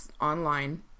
online